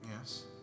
Yes